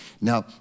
Now